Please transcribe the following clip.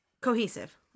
cohesive